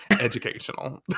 educational